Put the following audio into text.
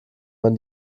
man